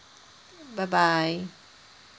bye bye